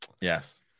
yes